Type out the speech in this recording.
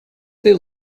they